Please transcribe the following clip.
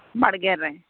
ᱵᱟᱲᱜᱮ ᱨᱮ